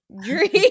dream